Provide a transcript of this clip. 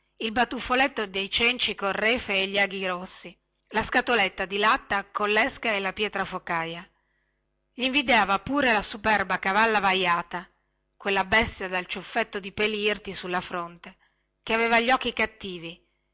il batuffoletto dei cenci col refe e gli aghi grossi la scatoletta di latta collesca e la pietra focaja gli invidiava pure la superba cavalla vajata quella bestia dal ciuffetto di peli irti sulla fronte che aveva gli occhi cattivi